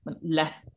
left